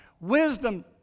Wisdom